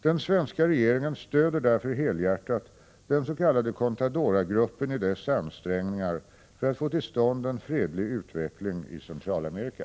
Den svenska regeringen stöder därför helhjärtat den s.k. Contadoragruppen i dess ansträngningar för att få till stånd en fredlig utveckling i Centralamerika.